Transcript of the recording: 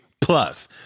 plus